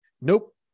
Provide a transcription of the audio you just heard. Nope